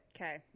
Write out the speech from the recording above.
Okay